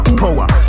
power